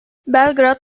belgrad